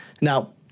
Now